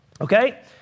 okay